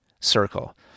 circle